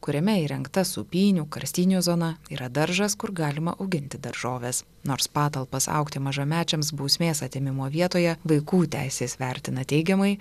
kuriame įrengta sūpynių karstynių zona yra daržas kur galima auginti daržoves nors patalpas augti mažamečiams bausmės atėmimo vietoje vaikų teisės vertina teigiamai